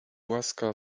łaska